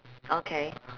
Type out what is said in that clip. okay